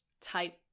type